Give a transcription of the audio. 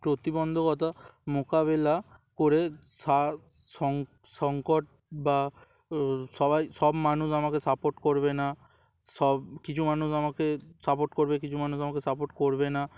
প্রতিবন্ধকতা মোকাবেলা করে সা সং সংকট বা সবাই সব মানুষ আমাকে সাপোর্ট করবে না সব কিছু মানুষ আমাকে সাপোর্ট করবে কিছু মানুষ আমাকে সাপোর্ট করবে না